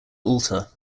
altar